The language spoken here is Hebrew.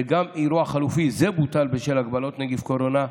וגם אירוע חלופי זה בוטל בשל הגבלות נגיף הקורונה,